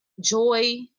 joy